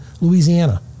Louisiana